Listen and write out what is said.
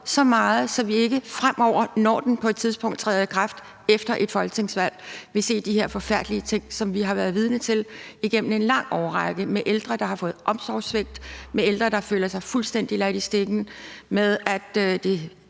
så meget, at vi ikke fremover, når den på et tidspunkt træder i kraft efter et folketingsvalg, vil se de her forfærdelige ting, som vi har været vidne til igennem en lang årrække? Der er ældre, der har oplevet omsorgssvigt, ældre, der føler sig fuldstændig ladt i stikken, og der